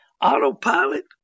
Autopilot